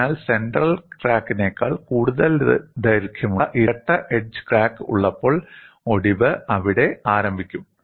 അതിനാൽ സെൻട്രൽ ക്രാക്കിനേക്കാൾ കൂടുതൽ ദൈർഘ്യമുള്ള ഇരട്ട എഡ്ജ് ക്രാക്ക് ഉള്ളപ്പോൾ ഒടിവ് അവിടെ ആരംഭിക്കും